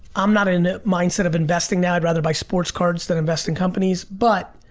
i'm not in a mindset of investing now, i'd rather buy sports cars than invest in companies, but